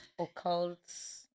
occults